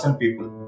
people